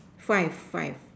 five five